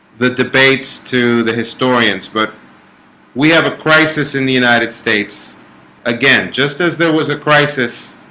the debates to the historians, but we have a crisis in the united states again, just as there was a crisis